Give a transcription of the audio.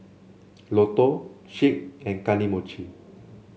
Lotto Schick and Kane Mochi